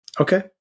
Okay